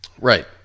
Right